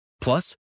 Plus